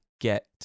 get